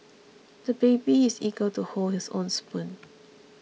the baby is eager to hold his own spoon